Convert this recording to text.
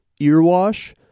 Earwash